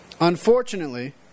Unfortunately